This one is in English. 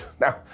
Now